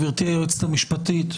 גברתי היועצת המשפטית,